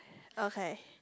okay